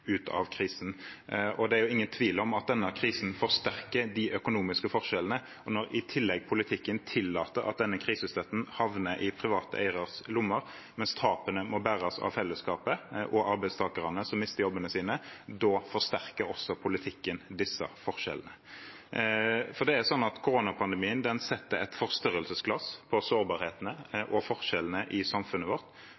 krisen, og det er ingen tvil om at denne krisen forsterker de økonomiske forskjellene. Når i tillegg politikken tillater at denne krisestøtten havner i private eieres lommer, mens tapene må bæres av fellesskapet og arbeidstakerne som mister jobbene sine, forsterker også politikken disse forskjellene. Koronapandemien retter et forstørrelsesglass mot sårbarhetene og forskjellene i samfunnet vårt. Forskjellene mellom stor og liten kommer tydelig fram i den